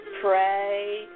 pray